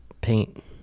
paint